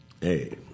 Hey